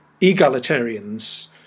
egalitarians